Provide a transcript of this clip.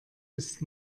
ist